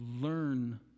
learn